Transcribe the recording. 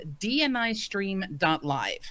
dnistream.live